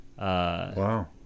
Wow